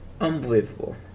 Unbelievable